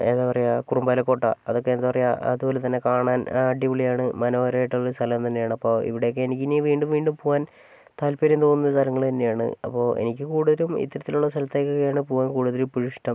എന്താണ് പറയുക കുറുമ്പാലക്കോട്ട അതൊക്കെ എന്താണ് പറയുക അതുപോലെത്തന്നെ കാണാൻ അടിപൊളിയാണ് മനോഹരമായിട്ടുള്ളൊരു സ്ഥലം തന്നെയാണ് അപ്പോൾ ഇവിടെയൊക്കെ എനിക്കിനി വീണ്ടും വീണ്ടും പോകാൻ താല്പര്യം തോന്നുന്ന സ്ഥലങ്ങൾ തന്നെയാണ് അപ്പോൾ എനിക്ക് കൂടുതലും ഇത്തരത്തിലുള്ള സ്ഥലത്തൊക്കെയാണ് പോകാൻ കൂടുതലും ഇപ്പൊഴും ഇഷ്ടം